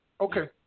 Okay